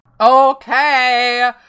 okay